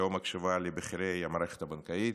לא מקשיבה לבכירי המערכת הבנקאית,